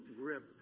grip